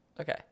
Okay